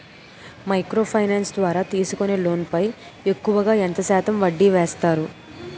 Micro finance ద్వారా తీసుకునే loan పై ఎక్కువుగా ఎంత శాతం వడ్డీ వేస్తారు?